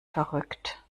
verrückt